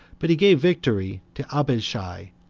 but he gave victory to abishai,